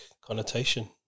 connotation